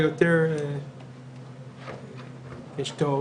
אלא יותר עשה טוב.